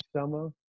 summer